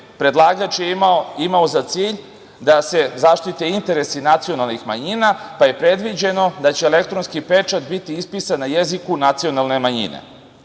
predlagač je imao za cilj da se zaštite interesi nacionalnih manjina, pa je predviđeno da će elektronski pečat biti ispisan na jeziku nacionalne manjine. Želeo